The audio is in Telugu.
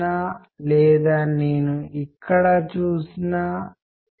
అది కమ్యూనికేషన్కు అడ్డంకి ఎన్కోడింగ్ వివిధ రకాలుగా జరుగుతుంది